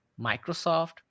Microsoft